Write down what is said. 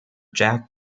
jack